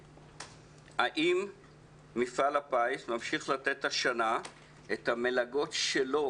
האם מפעל הפיס ממשיך לתת השנה את המלגות שלו